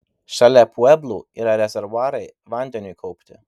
šalia pueblų yra rezervuarai vandeniui kaupti